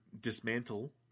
dismantle